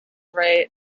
ray